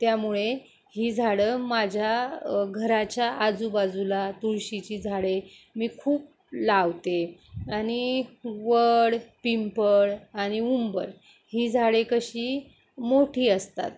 त्यामुळे ही झाडं माझ्या घराच्या आजूबाजूला तुळशीची झाडे मी खूप लावते आणि वड पिंपळ आणि उंबर ही झाडे कशी मोठी असतात